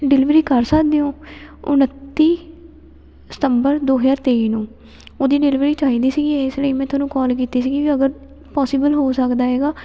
delivery ਕਰ ਸਕਦੇ ਹੋ ਉਣੱਤੀ ਸਤੰਬਰ ਦੋ ਹਜ਼ਾਰ ਤੇਈ ਨੂੰ ਉਹਦੀ ਡਿਲੀਵਰੀ ਚਾਹੀਦੀ ਸੀਗੀ ਇਸ ਲਈ ਮੈਂ ਤੁਹਾਨੂੰ ਕੋਲ ਕੀਤੀ ਸੀਗੀ ਵੀ ਅਗਰ ਪੋਸੀਬਲ ਹੋ ਸਕਦਾ ਹੈਗਾ